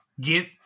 get